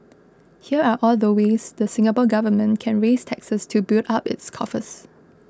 here are all the ways the Singapore Government can raise taxes to build up its coffers